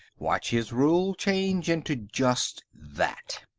watch his rule change into just that.